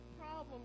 problem